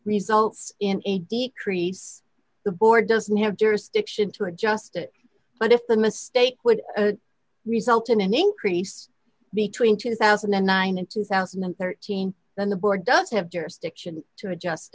results in a decrease the board doesn't have jurisdiction to adjust it but if the mistake would result in an increase between twenty million ninety two thousand and thirteen then the board does have jurisdiction to adjust